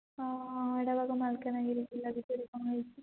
ହଁ ହଁ ହେଟା ପା କ'ଣ ମାଲକାନଗିରି ଜିଲ୍ଲା ଭିତରେ କ'ଣ ହୋଇଛି